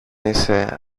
είσαι